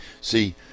see